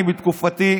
בתקופתי,